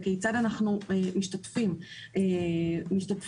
ואנחנו מן הסתם